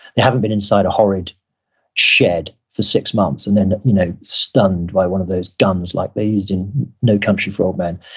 they haven't been inside a horrid shed for six months and then you know stunned by one of those guns like they used in no country for old men.